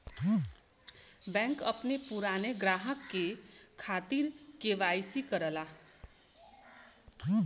bank अपने पुराने ग्राहक के खातिर के.वाई.सी करला